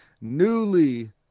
newly